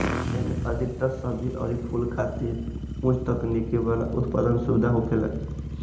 एमे अधिकतर सब्जी अउरी फूल खातिर उच्च तकनीकी वाला उत्पादन सुविधा होखेला